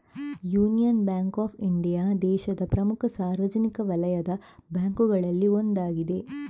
union Bank of India ದೇಶದ ಪ್ರಮುಖ ಸಾರ್ವಜನಿಕ ವಲಯದ ಬ್ಯಾಂಕುಗಳಲ್ಲಿ ಒಂದಾಗಿದೆ